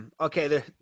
Okay